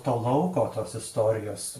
to lauko tos istorijos